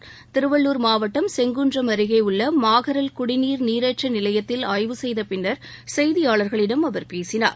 துறை அமைச்சர் திருவள்ளூர் மாவட்டம் செங்குன்றம் அருகே உள்ள மாகரல் குடிநீர் நீரேற்ற நிலையத்தில் ஆய்வு செய்த பின்னர் செய்தியாளர்களிடம் அவர் பேசினார்